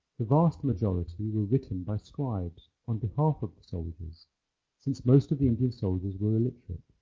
the vast majority were written by scribes on behalf of the soldiers since most of the indian soldiers were illiterate.